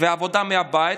ועבודה מהבית,